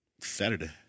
Saturday